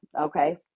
Okay